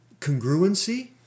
congruency